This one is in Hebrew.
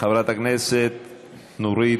חברת הכנסת נורית,